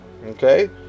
okay